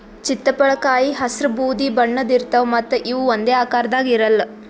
ಚಿತ್ತಪಳಕಾಯಿ ಹಸ್ರ್ ಬೂದಿ ಬಣ್ಣದ್ ಇರ್ತವ್ ಮತ್ತ್ ಇವ್ ಒಂದೇ ಆಕಾರದಾಗ್ ಇರಲ್ಲ್